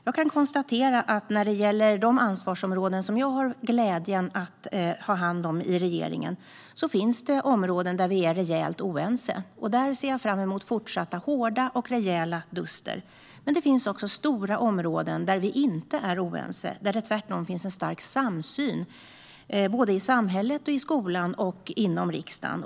Jag kan konstatera att när det gäller de ansvarsområden som jag har glädjen att ha hand om i regeringen finns det områden där vi är rejält oense. Här ser jag fram emot hårda duster. Men det finns också stora områden där vi inte är oense utan där det finns en stark samsyn såväl i samhället och skolan som inom riksdagen.